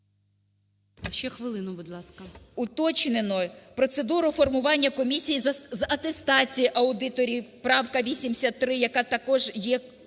Ще хвилину, будь ласка.